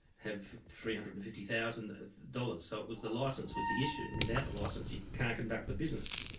have three hundred and fifty thousand dollars. so it was the licence that was the issue, and without the licence you can't conduct the business.